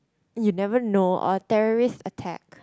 you never know or terrorist attack